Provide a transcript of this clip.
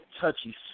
touchy